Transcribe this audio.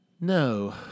No